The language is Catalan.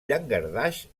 llangardaix